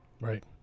Right